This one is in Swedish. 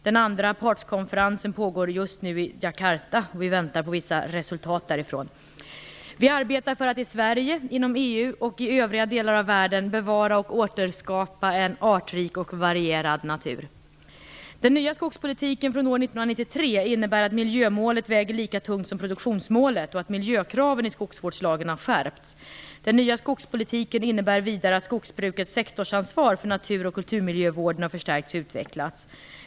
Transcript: Den andra partskonferensen pågår just nu i Jakarta och vi väntar på vissa resultat därifrån. Vi arbetar för att i Sverige, inom EU och i övriga delar av världen bevara och återskapa en artrik och varierad natur. Den nya skogspolitiken från år 1993 innebär att miljömålet väger lika tungt som produktionsmålet och att miljökraven i skogsvårdslagen har skärpts. Den nya skogspolitiken innebär vidare att skogsbrukets sektorsansvar för natur och kulturmiljövården har förstärkts och utvecklats.